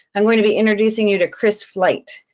i'm going to be introducing you to chris flight.